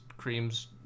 Creams